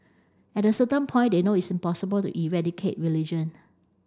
at a certain point they know it's impossible to eradicate religion